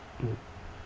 mm